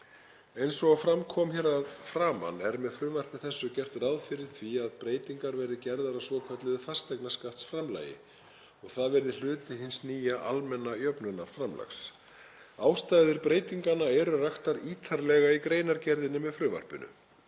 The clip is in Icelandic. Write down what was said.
Eins og fram kom hér að framan er með frumvarpinu gert ráð fyrir því að breytingar verði gerðar á svo kölluðu fasteignaskattsframlagi og að það verði hluti hins nýja almenna jöfnunarframlags. Ástæður breytinganna eru raktar ítarlega í greinargerðinni með frumvarpinu,